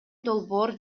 долбоор